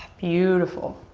beautiful.